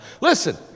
Listen